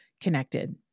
connected